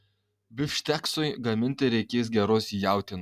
bifšteksui gaminti reikės geros jautienos